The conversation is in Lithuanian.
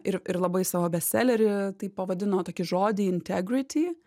ir ir labai savo bestselerį tai pavadino tokį žodį integrity